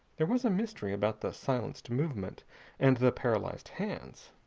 there was a mystery about the silenced movement and the paralyzed hands.